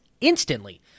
instantly